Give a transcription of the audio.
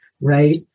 right